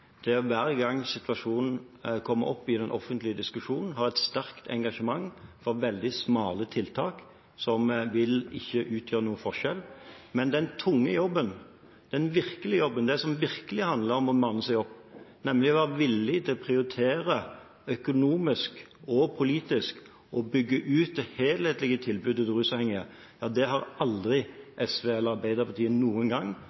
hver gang situasjonen kommer opp i den offentlige diskusjonen – å ha et sterkt engasjement for veldig smale tiltak som ikke vil utgjøre noen forskjell. Men den tunge jobben, den virkelige jobben, det som virkelig handler om å manne seg opp, nemlig å være villig til å prioritere – økonomisk og politisk – å bygge ut det helhetlige tilbudet til rusavhengige, har aldri SV eller Arbeiderpartiet noen gang